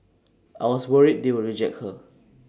I was worried they would reject her